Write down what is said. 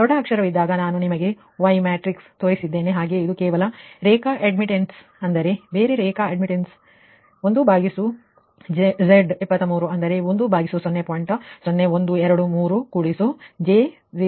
ದೊಡ್ಡ ಅಕ್ಷರ ವಿದ್ದಾಗ ನಾನು ನಿಮಗೆ Y ಮ್ಯಾಟ್ರಿಕ್ಸ್ ತೋರಿಸಿದ್ದೇನೆ ಹಾಗೂ ಇದು ಕೇವಲ LINEಅಡ್ಮಿಟ್ಟನ್ಸ್ ಅಂದರೆ ಬೇರೆ ಲೈನ್ ಅಡ್ಮಿಟ್ಟನ್ಸ್ ಅಂದರೆ 1Z23 ಅಂದರೆ 10